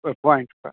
appoint करायब